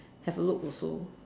have a look also